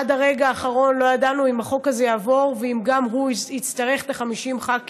עד הרגע האחרון לא ידענו אם החוק הזה יעבור ואם גם הוא יצטרך 50 ח"כים.